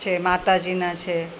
છે માતાજીના છે